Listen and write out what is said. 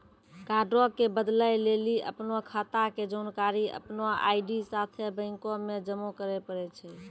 कार्डो के बदलै लेली अपनो खाता के जानकारी अपनो आई.डी साथे बैंको मे जमा करै पड़ै छै